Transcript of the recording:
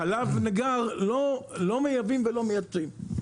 חלב ניגר לא מייבאים ולא מייצאים.